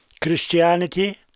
christianity